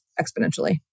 exponentially